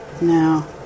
now